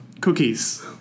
cookies